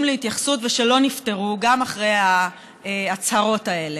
להתייחסות ושלא נפתרו גם אחרי ההצהרות האלה.